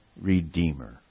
Redeemer